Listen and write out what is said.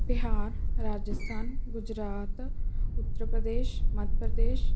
Bihar Rajasthan Gujarat Uttar Pradesh Madhya Pradesh